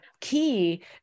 key